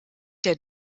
der